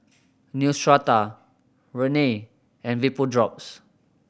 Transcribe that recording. Neostrata Rene and Vapodrops